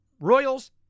Royals